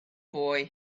boy